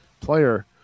player